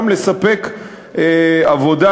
גם לספק עבודה,